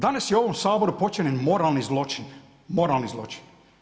Danas je u ovom Saboru počinjen moralni zločin, moralni zločin.